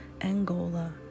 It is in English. Angola